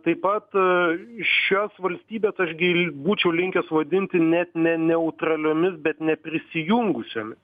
taip pat šias valstybes aš gi būčiau linkęs vadinti net ne neutraliomis bet neprisijungusiomis